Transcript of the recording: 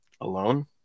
Alone